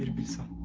percent